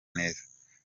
neza